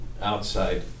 outside